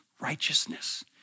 righteousness